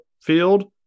field